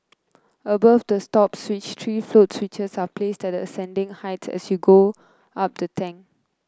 above the stop switch three float switches are placed at ascending heights as you go up the tank